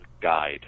guide